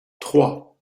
trois